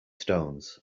stones